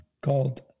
called